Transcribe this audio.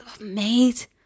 mate